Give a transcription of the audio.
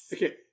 Okay